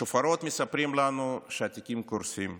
השופרות מספרים לנו שהתיקים קורסים,